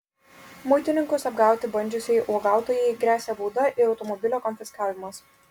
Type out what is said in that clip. muitininkus apgauti bandžiusiai uogautojai gresia bauda ir automobilio konfiskavimas